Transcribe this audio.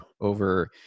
over